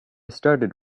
started